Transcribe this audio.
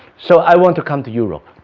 so i want to come to europe